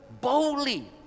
boldly